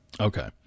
Okay